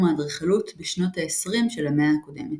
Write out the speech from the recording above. האדריכלות בשנות ה־20 של המאה הקודמת.